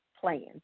plan